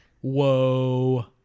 whoa